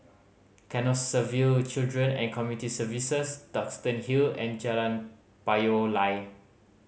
Canossaville Children and Community Services Duxton Hill and Jalan Payoh Lai